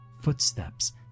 footsteps